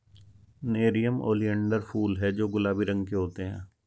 nerium oleander फूल हैं जो गुलाबी रंग के होते हैं